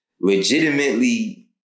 legitimately